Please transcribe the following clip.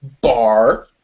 Bar